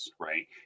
right